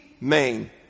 main